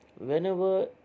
Whenever